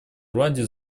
ирландии